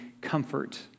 comfort